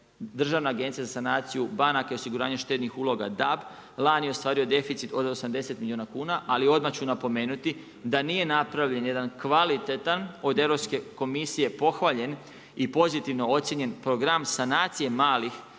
državna agencija za sanaciju banaka i osiguranje štednih uloga DAB lani ostvario deficit od 80 milijuna kuna. Ali odmah ću napomenuti da nije napravljen jedan kvalitetan od Europske komisije pohvaljen i pozitivno ocjenjen program sanacije malih